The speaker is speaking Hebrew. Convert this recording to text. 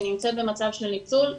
אם היא נמצאת במצב של ניצול,